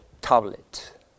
tablet